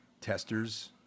testers